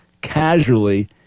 casually